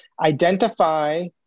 identify